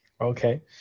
Okay